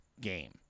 game